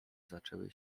zaczęły